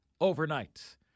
overnight